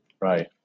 right